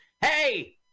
hey